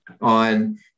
on